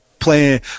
playing